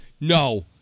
No